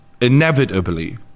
inevitably